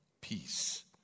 peace